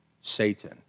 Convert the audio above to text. Satan